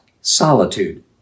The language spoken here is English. solitude